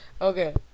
okay